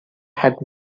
had